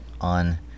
on